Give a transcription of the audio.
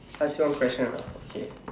I ask you one question ah okay